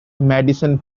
madison